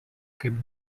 kaip